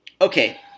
okay